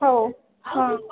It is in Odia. ହେଉ ହଁ